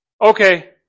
Okay